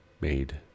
made